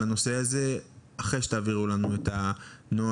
הנושא הזה אחרי שתעבירו לנו את הנוהל.